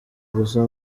gusa